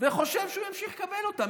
וחושב שהוא ימשיך לקבל אותם.